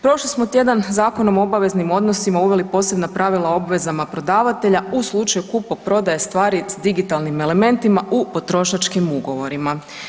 Prošli smo tjedan Zakonom o obaveznim odnosima uveli posebna pravila o obvezama prodavatelja u slučaju kupoprodaje stvari s digitalnim elementima u potrošačkim ugovorima.